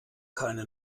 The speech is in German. keine